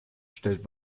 stellt